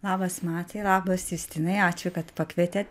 labas matai labas justinai ačiū kad pakvietėt